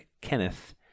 Kenneth